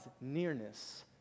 nearness